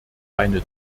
meine